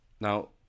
Now